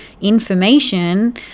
information